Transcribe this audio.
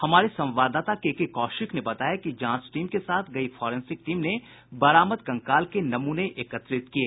हमारे संवाददाता केके कौशिक ने बताया कि जांच टीम के साथ गयी फोरेसिंक टीम ने बरामद कंकाल के नमूने एकत्रित किये